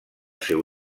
seu